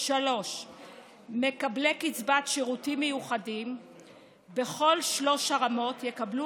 3. מקבלי קצבת שירותים מיוחדים בכל שלוש הרמות יקבלו